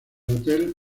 hotel